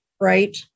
right